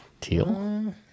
Teal